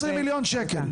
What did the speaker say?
120 מיליון שקלים.